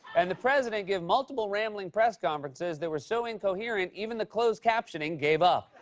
and the president gave multiple rambling press conferences that were so incoherent, even the closed captioning gave up.